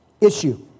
issue